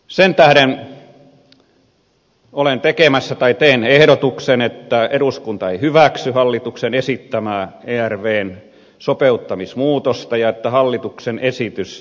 sen tähden olen tekemässä tai teen ehdotuksen että eduskunta ei hyväksy hallituksen esittämää ervvn sopeuttamismuutosta ja että hallituksen esitys hylätään